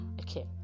Okay